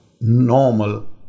normal